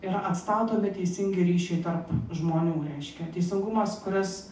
yra atstatomi teisingi ryšiai tarp žmonių reiškia teisingumas kuris